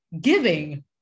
giving